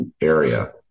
area